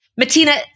Matina